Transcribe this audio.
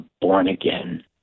born-again